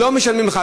לא משלמים לך.